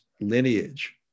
lineage